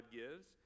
gives